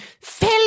fill